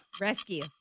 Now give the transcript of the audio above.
rescue